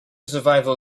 survival